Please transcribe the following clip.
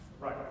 right